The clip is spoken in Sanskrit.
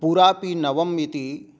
पुरापि नवम् इति